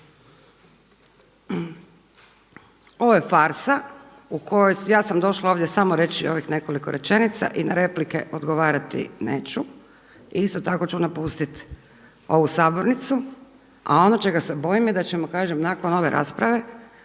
Ovo je farsa u kojoj ja sam došla ovdje samo reći ovih nekoliko rečenica i na replike odgovarati neću i isto tako ću napustit ovu sabornicu a ono čega se bojim da ćemo kažem nakon ove rasprave